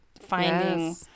finding